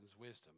wisdom